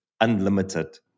unlimited